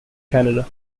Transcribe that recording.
canada